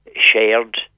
shared